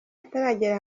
ataragera